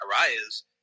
Arias